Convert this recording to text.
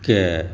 के